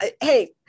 hey